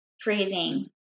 freezing